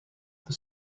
for